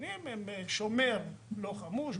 תקנים מיועדים לשומר לא חמוש,